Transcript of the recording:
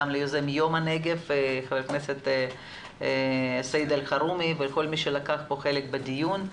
גם ליוזם יום הנגב ח"כ סעיד אלחרומי ולכל מי שלקח חלק בדיון הזה.